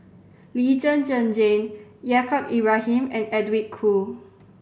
Lee Zhen Zhen Jane Yaacob Ibrahim and Edwin Koo